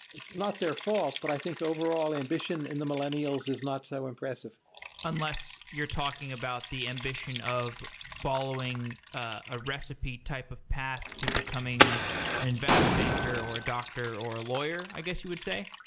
not their fault. but i think, overall, ambition in the millennials is not so impressive unless you're talking about the ambition of following a recipe type of path to becoming an investment banker, or a doctor, or a lawyer, i guess you would say?